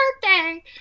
birthday